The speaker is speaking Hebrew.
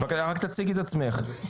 רק תציגי את עצמך.